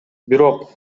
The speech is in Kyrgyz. бирок